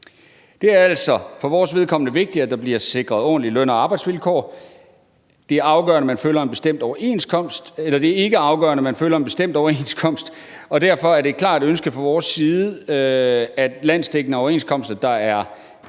Det er altså for vores vedkommende vigtigt, at der bliver sikret ordentlige løn- og arbejdsvilkår. Det er ikke afgørende, at man følger en bestemt overenskomst, og derfor er det et klart ønske fra vores side, at landsdækkende overenskomster, der